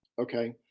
okay